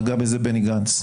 נגע בזה בני גנץ.